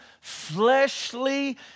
fleshly